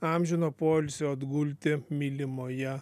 amžino poilsio atgulti mylimoje